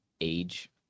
age